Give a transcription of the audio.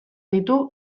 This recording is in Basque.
ditu